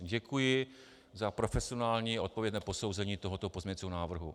Děkuji za profesionální odpovědné posouzení tohoto pozměňovacího návrhu.